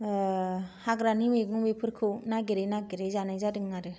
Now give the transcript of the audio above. हाग्रानि मैगं बेफोरखौ नागिरै नागिरै जानाय जादों आरो